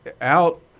out